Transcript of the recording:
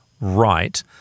right